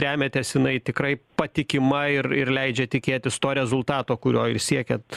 remiatės jinai tikrai patikima ir ir leidžia tikėtis to rezultato kurio ir siekiat